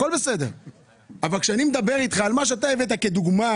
אבל כשאני מדבר איתך על מה שאתה הבאת כדוגמה,